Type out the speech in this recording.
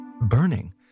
burning